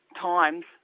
times